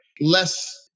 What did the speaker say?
less